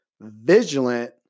vigilant